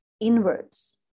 inwards